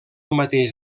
mateix